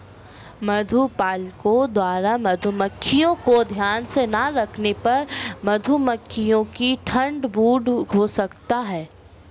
मधुपालकों द्वारा मधुमक्खियों को ध्यान से ना रखने पर मधुमक्खियों को ठंड ब्रूड हो सकता है